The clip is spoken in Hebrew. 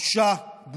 בושה.